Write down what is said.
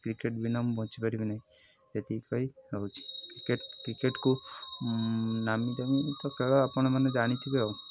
cricket ବିନା ମୁଁ ବଞ୍ଚିପାରିବି ନାହିଁ ଏତିକି କହି ରହୁଛିି କ୍ରିକେଟ୍ କ୍ରିକେଟ୍କୁ ନାମିଦାମୀ ତ ଖେଳ ଆପଣମାନେ ଜାଣିଥିବେ ଆଉ